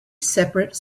separate